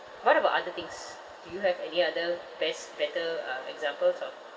what about other things do you have any other best better uh examples of